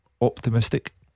optimistic